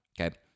Okay